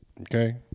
Okay